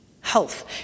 Health